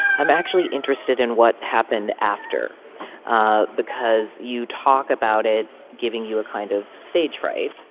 i'm actually interested in what happened after ah because you talk about it giving you a kind of stage fright,